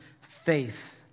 faith